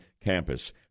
campus